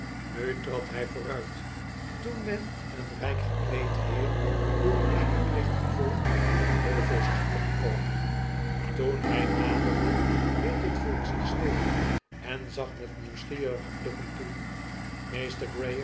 nutrad hij vooruit toen men een rjjk gekleed heer door eenen knecht gevolgd den heuvel zag opkomen toen hij naderde hield het volk zich stil en zag met nieuwsgierige blikken toe